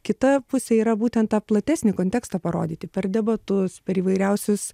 kita pusė yra būtent tą platesnį kontekstą parodyti per debatus per įvairiausius